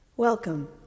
Welcome